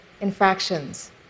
infractions